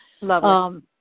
Lovely